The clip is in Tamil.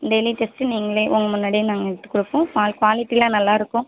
டெய்லி டெஸ்ட்டு நீங்களே உங்கள் முன்னாடியே நாங்கள் எடுத்துக் கொடுப்போம் பால் குவாலிட்டியெலாம் நல்லாயிருக்கும்